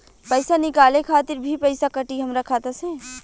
पईसा निकाले खातिर भी पईसा कटी हमरा खाता से?